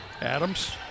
Adams